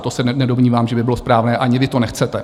To se nedomnívám, že by bylo správné, ani vy to nechcete.